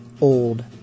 old